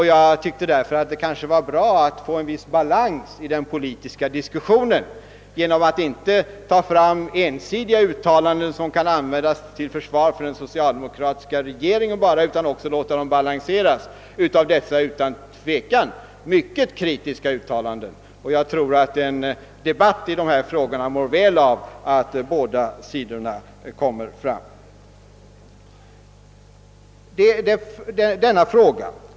Jag tycker därför att vi kan få en viss balans i den politiska diskussionen genom att inte bara ta fram ensidiga uttalanden som kan användas till försvar för den socialdemokratiska regeringen, utan också dessa utan tvivel mycket kritiska uttalanden. Jag tror ati en debatt i de här frågorna mår väl av att båda sidorna kommer fram.